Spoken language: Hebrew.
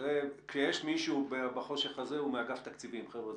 כשיש מישהו בחושך הזה, הוא מאגף התקציבים, חבר'ה.